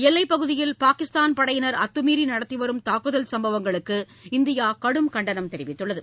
எல்லைப்பகுதியில் பாகிஸ்தான் படையினர் அத்தமீறிநடத்திவரும் தாக்குதல் சம்பவங்களுக்கு இந்தியாகடும் கண்டனம் தெரிவித்துள்ளது